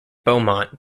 beaumont